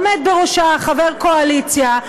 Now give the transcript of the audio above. עומד בראשה חבר קואליציה,